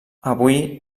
avui